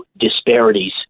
disparities